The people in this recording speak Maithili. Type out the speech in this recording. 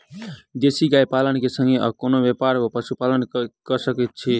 देसी गाय पालन केँ संगे आ कोनों व्यापार वा पशुपालन कऽ सकैत छी?